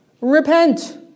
Repent